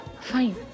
Fine